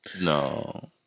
No